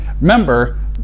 Remember